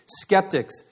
skeptics